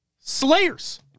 Slayers